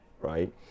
right